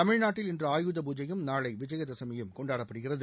தமிழ்நாட்டில் இன்று ஆயுத பூஜையும் நாளை விஜயதசமியும் கொண்டாடப்படுகிறது